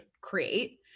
create